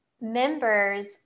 members